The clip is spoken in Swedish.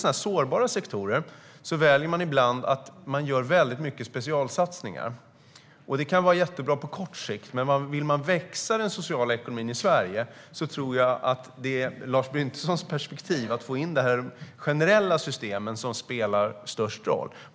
I en del sårbara sektorer väljer man ibland att göra väldigt mycket specialsatsningar, vilket kan vara jättebra på kort sikt, men vill man växa i den sociala ekonomin i Sverige tror jag att det som är Lars Bryntessons perspektiv, att få in det här i de generella systemen, som spelar störst roll.